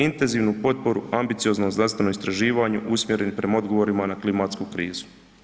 Intenzivnu potporu ambicioznom znanstvenom istraživanju usmjereni prema odgovorima na klimatsku krizu.